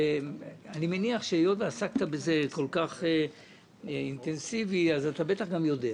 אני מניח שהיות שעסקת בנושא בצורה כל כך אינטנסיבית אז אתה בטח יודע.